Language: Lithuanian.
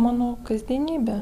mano kasdienybe